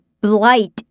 blight